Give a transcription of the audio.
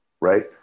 right